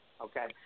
okay